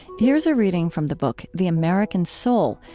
here's a reading from the book the american soul,